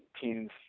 teens